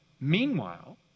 Meanwhile